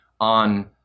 on